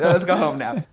let's go home now.